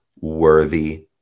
worthy